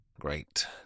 Great